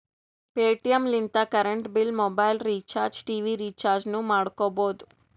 Paytm ಲಿಂತ current bill, mobile recharge, TV ರಿಚಾರ್ಜನೂ ಮಾಡ್ಕೋಬೋದು